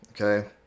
okay